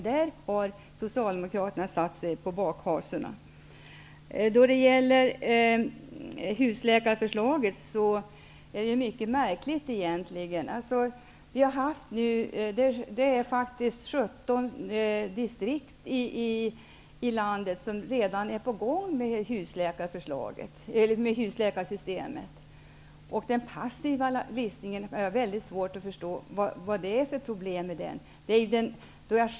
Där har Socialdemokraterna satt sig på bakhasorna. I 17 distrikt i landet är man redan på gång med husläkarsystemet. Jag har väldigt svårt att förstå vilka problemen skulle vara med den passiva listningen.